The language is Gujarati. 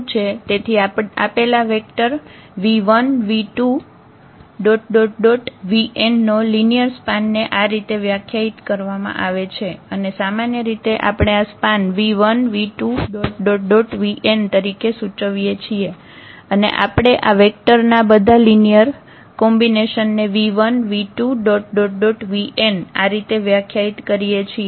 તેથી આપેલા વેક્ટર 𝑣1 𝑣2 𝑣𝑛 નો લિનિયર સ્પાન ને આ રીતે વ્યાખ્યાયિત કરવામાં આવે છે અને સામાન્ય રીતે આપણે આ સ્પાન 𝑣1 𝑣2 𝑣𝑛 તરીકે સુચવીએ છીએ અને આપણે આ વેક્ટર ના બધા લિનિયર કોમ્બિનેશનને 𝑣1 𝑣2 𝑣𝑛 આ રીતે વ્યાખ્યાયિત કરીએ છીએ